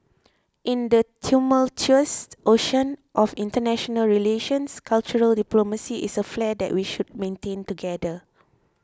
in the tumultuous ocean of international relations cultural diplomacy is a flare that we should maintain together